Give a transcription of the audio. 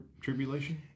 tribulation